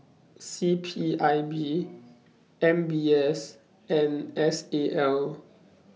C P I B M B S and S A L